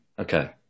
Okay